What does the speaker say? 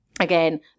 Again